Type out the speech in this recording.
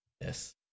Yes